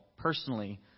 personally